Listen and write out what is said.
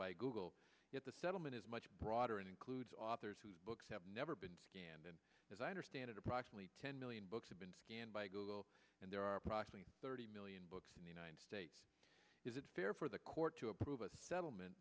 by google at the settlement is much broader and includes authors whose books have never been scanned and as i understand it approximately ten million books have been scanned by google and there are approximately thirty million books in the united states is it fair for the court to approve a settlement